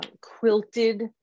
quilted